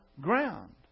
Ground